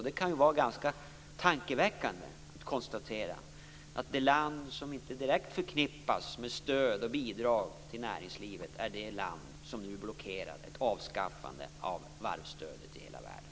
Det kan vara ganska tankeväckande att konstatera, att det land som inte direkt förknippas med stöd och bidrag till näringslivet är det land som nu blockerar ett avskaffande av varvsstödet i hela världen.